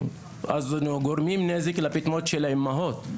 אז הם גורמים נזק לפטמות של האימהות.